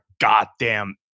goddamn